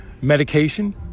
medication